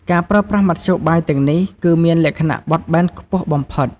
ការប្រើប្រាស់មធ្យោបាយទាំងនេះ គឺមានលក្ខណៈបត់បែនខ្ពស់បំផុត។